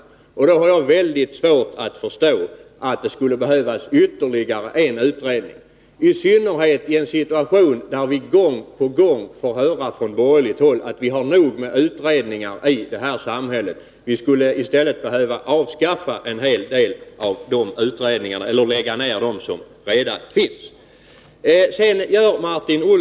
I det läget har jag mycket svårt att förstå att det skulle behövas ytterligare en utredning, i synnerhet som vi gång på gång från borgerligt håll får höra att vi har nog med utredningar i detta samhälle. En hel del av dem som pågår skulle i stället läggas ned.